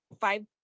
five